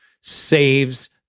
saves